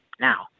now